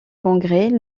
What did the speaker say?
congrès